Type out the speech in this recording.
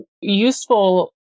Useful